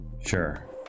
Sure